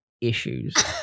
issues